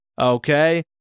okay